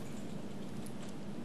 היה